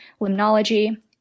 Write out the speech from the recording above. limnology